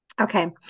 okay